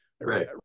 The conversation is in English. Right